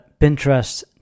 Pinterest